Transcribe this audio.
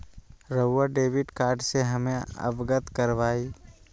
रहुआ debit card से हमें अवगत करवाआई?